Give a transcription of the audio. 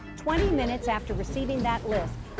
twenty minutes after receiving that list,